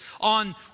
on